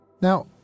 Now